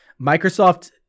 Microsoft